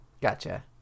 Gotcha